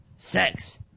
Sex